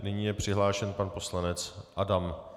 Nyní je přihlášen pan poslanec Adam.